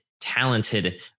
talented